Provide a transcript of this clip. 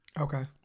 Okay